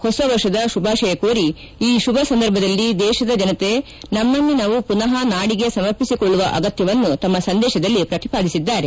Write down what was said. ಹೊಸ ವರ್ಷದ ಶುಭಾಶಯ ಕೋರಿ ಈ ಶುಭ ಸಂದರ್ಭದಲ್ಲಿ ದೇಶದ ಜನತೆ ನಮ್ನನ್ನು ನಾವು ಮನಃ ನಾಡಿಗೆ ಸಮರ್ಪಿಸಿಕೊಳ್ಳುವ ಆಗತ್ತವನ್ನು ತಮ್ನ ಸಂದೇಶದಲ್ಲಿ ಪ್ರತಿಪಾದಿಸಿದ್ದಾರೆ